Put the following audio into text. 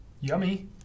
Yummy